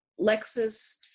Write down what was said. Lexus